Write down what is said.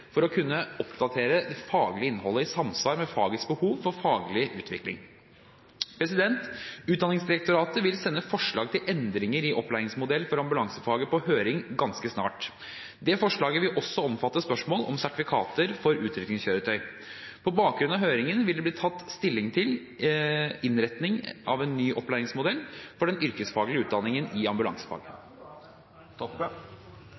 for å kunne oppdatere det faglige innholdet i samsvar med fagets behov for faglig utvikling. Utdanningsdirektoratet vil sende forslag til endringer i opplæringsmodellen for ambulansefaget på høring ganske snart. Det forslaget vil også omfatte spørsmålet om sertifikater for utrykningskjøretøy. På bakgrunn av høringen vil det bli tatt stilling til innretningen av ny opplæringsmodell for den yrkesfaglige utdanningen i